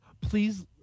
please